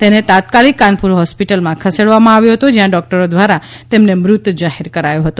તેને તાત્કાલિક કાનપુર હોસ્પિટલમાં ખસેડવામાં આવ્યો હતો જ્યાં ડોકટરો દ્વારા તેને મૃત જાહેર કરાયો હતો